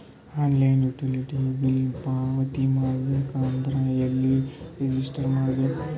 Online utility bill ಪಾವತಿ ಮಾಡಬೇಕು ಅಂದ್ರ ಎಲ್ಲ ರಜಿಸ್ಟರ್ ಮಾಡ್ಬೇಕು?